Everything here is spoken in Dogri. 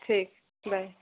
ठीक बाय